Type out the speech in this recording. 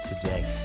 today